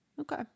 Okay